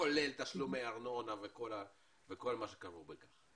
כולל תשלומי ארנונה וכל מה שכרוך בכך.